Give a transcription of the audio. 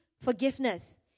forgiveness